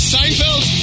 Seinfeld